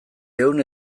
ehun